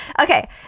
Okay